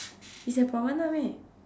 it's at Promenade meh